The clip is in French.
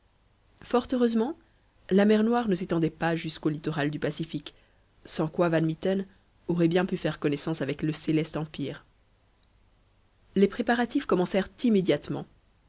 fort heureusement la mer noire ne s'étendait pas jusqu'au littoral du pacifique sans quoi van mitten aurait bien pu faire connaissance avec le céleste empire les préparatifs commencèrent immédiatement